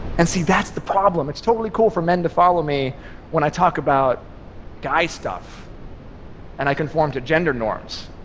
and see, that's the problem. it's totally cool for men to follow me when i talk about guy stuff and i conform to gender norms.